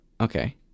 Okay